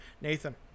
Nathan